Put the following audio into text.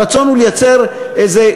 הרצון הוא לייצר איזה,